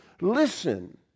listen